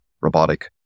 robotic